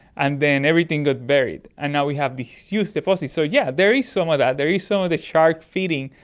and then everything got buried, and now we have these huge deposits. so yes, yeah there is some of that, there is some of the sharks feeding,